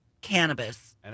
cannabis